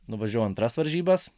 nuvažiavau antras varžybas